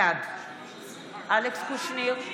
בעד אלכס קושניר,